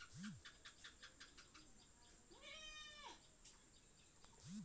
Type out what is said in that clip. interest rate risk তখন হচ্ছে যখন কুনো এসেটের হার পাল্টি যাচ্ছে